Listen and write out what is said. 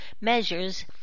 measures